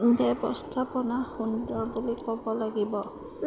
ব্যৱস্থাপনা সুন্দৰ বুলি ক'ব লাগিব